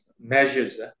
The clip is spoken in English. measures